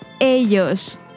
Ellos